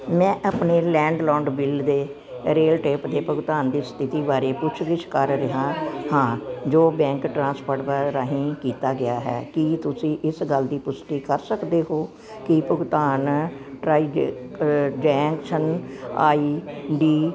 ਮੈਂ ਆਪਣੇ landlord bill ਦੇ ਰੇਲਟੇਲ ਦੇ ਭੁਗਤਾਨ ਦੀ ਸਥਿਤੀ ਬਾਰੇ ਪੁੱਛ ਗਿੱਛ ਕਰ ਰਿਹਾ ਹਾਂ ਜੋ ਬੈਂਕ ਟ੍ਰਾਂਸਫਰ ਰਾਹੀਂ ਕੀਤਾ ਗਿਆ ਹੈ ਕੀ ਤੁਸੀਂ ਇਸ ਗੱਲ ਦੀ ਪੁਸ਼ਟੀ ਕਰ ਸਕਦੇ ਹੋ ਕਿ ਭੁਗਤਾਨ ਟ੍ਰਾਂਜੈਕਸ਼ਨ ਆਈਡੀ